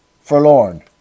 forlorn